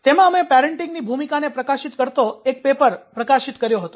તેમાં અમે પેરેંટિંગની ભૂમિકાને પ્રકાશિત કરતો એક પેપર પ્રકાશિત કર્યો છે